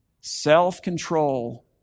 Self-control